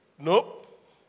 Nope